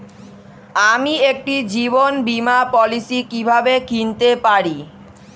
আমি একটি জীবন বীমা পলিসি কিভাবে কিনতে পারি?